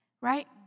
right